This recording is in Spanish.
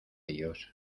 ellos